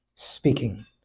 speaking